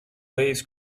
waves